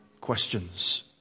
questions